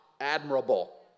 admirable